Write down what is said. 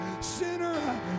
Sinner